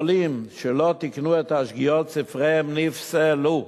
מו"לים שלא תיקנו את השגיאות, ספריהם נפסלו,